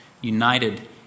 united